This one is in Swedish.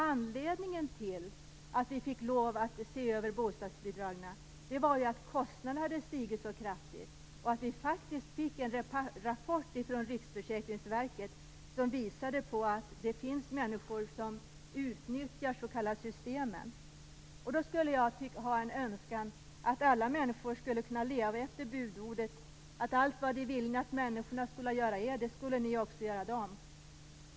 Anledningen till att vi fick lov att se över bostadsbidragen var ju att kostnaderna hade stigit så kraftigt. Och vi fick faktiskt en rapport från Riksförsäkringsverket som visade att det fanns människor som utnyttjade de s.k. systemen. Jag har en önskan att alla människor skulle kunna leva efter orden: Allt vad I viljen att människorna skola göra Eder skola I ock göra dem.